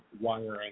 wiring